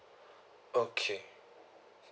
okay